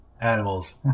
animals